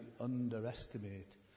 underestimate